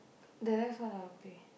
the rest all I will pay